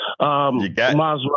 Maserati